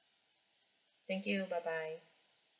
thank you bye bye